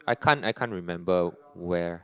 I can't I can't remember where